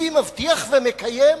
אם יבטיח ויקיים,